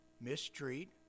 mistreat